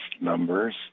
numbers